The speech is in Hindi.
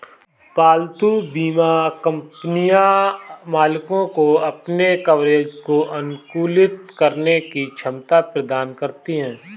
पालतू बीमा कंपनियां मालिकों को अपने कवरेज को अनुकूलित करने की क्षमता प्रदान करती हैं